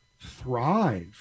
thrive